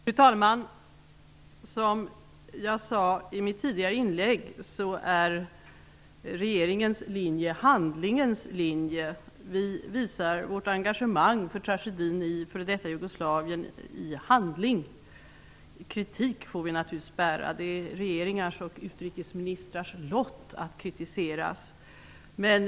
Fru talman! Som jag sade i mitt tidigare inlägg är regeringens linje handlingens linje. Vi visar vårt engagemang för tragedin i före detta Jugoslavien i handling. Kritik får vi naturligvis bära. Det är regeringars och utrikesministrars lott att kritiseras.